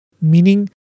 meaning